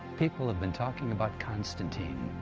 people have been talking about constantine,